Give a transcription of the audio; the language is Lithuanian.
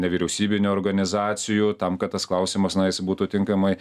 nevyriausybinių organizacijų tam kad tas klausimas na jis būtų tinkamai